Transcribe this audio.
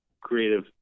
creative